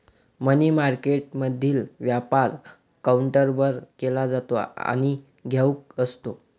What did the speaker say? मनी मार्केटमधील व्यापार काउंटरवर केला जातो आणि घाऊक असतो